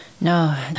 No